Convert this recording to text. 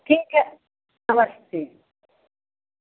ठीक है नमस्ते